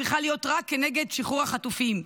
צריכה להיות רק כנגד שחרור החטופים.